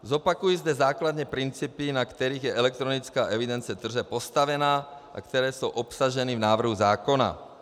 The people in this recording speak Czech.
Zopakuji zde základní principy, na kterých je elektronická evidence tržeb postavena a které jsou obsaženy v návrhu zákona.